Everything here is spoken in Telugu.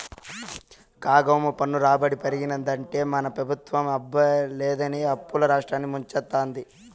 కాగేమో పన్ను రాబడి పెరిగినాదంటే మన పెబుత్వం అబ్బే లేదని అప్పుల్ల రాష్ట్రాన్ని ముంచతాంది